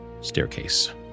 staircase